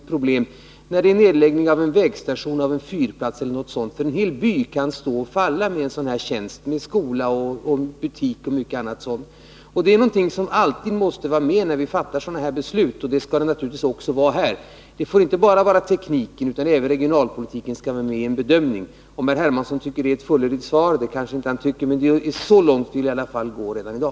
I frågor som gäller nedläggning av en vägstation, en flygplats eller något sådant kan en hel by stå och falla med en sådan arbetsplats. Det gäller skola, butik och mycket annat. Det är fakta som alltid måste vara med när vi fattar beslut av det här slaget, och det skall de naturligtvis också vara i detta fall. Det får inte bara vara tekniken som spelar in, utan även regionalpolitiken skall vara med vid en bedömning. Herr Hermansson kanske inte tycker att detta är ett fullödigt svar, men så långt som jag här redovisat vill jag i alla fall gå redan i dag.